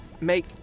make